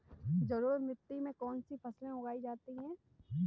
जलोढ़ मिट्टी में कौन कौन सी फसलें उगाई जाती हैं?